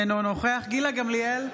אינו נוכח גילה גמליאל,